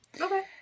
Okay